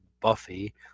Buffy